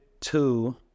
two